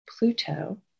Pluto